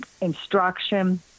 instruction